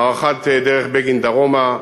הארכת בגין דרומה,